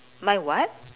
my what